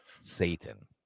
Satan